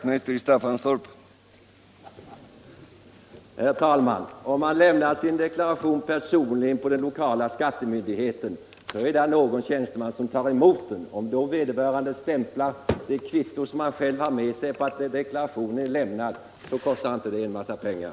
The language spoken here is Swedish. Herr talman! När man lämnar sin deklaration personligen på den lokala skattemyndigheten, tas den emot av en tjänsteman. Om då vederbörande stämplar ett kvitto på att blanketten är lämnad som man har själv med sig, kostar det inte en massa pengar.